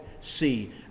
see